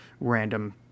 random